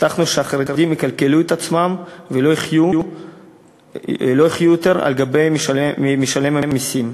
הבטחנו שהחרדים יכלכלו את עצמם ולא יחיו יותר על גבי משלם המסים,